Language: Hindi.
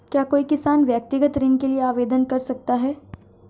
क्या कोई किसान व्यक्तिगत ऋण के लिए आवेदन कर सकता है?